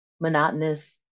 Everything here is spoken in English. monotonous